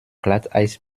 glatteis